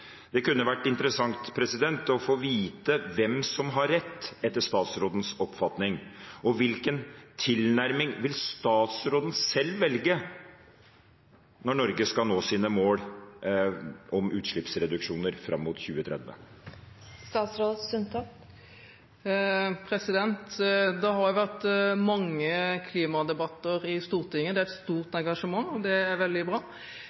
Det kunne vært interessant å få vite hvem som har rett etter statsrådens oppfatning. Og hvilken tilnærming vil statsråden selv velge når Norge skal nå sine mål om utslippsreduksjoner fram mot 2030? Det har vært mange klimadebatter i Stortinget – det er et stort engasjement, og det er veldig bra.